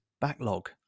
backlog